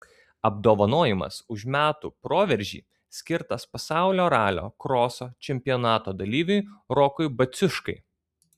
apdovanojimas už metų proveržį skirtas pasaulio ralio kroso čempionato dalyviui rokui baciuškai